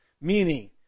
Meaning